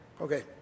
Okay